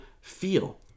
feel